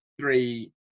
three